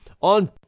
on